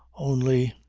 only,